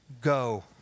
Go